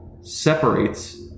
separates